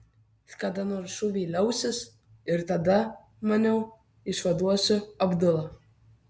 kada nors šūviai liausis ir tada maniau išvaduosiu abdulą